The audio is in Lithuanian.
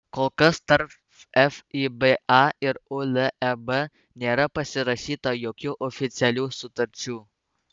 kol kas tarp fiba ir uleb nėra pasirašyta jokių oficialių sutarčių